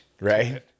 Right